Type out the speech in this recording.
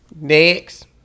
Next